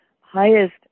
highest